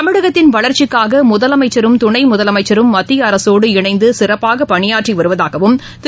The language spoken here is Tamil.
தமிழகத்தின் வளர்ச்சிக்காகமுதலமைச்சரும் துணைமுதலமைச்சரும் மத்தியஅரசோடு இணைந்துசிறப்பாகபணியாற்றிவருவதாகவும் திரு